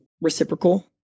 reciprocal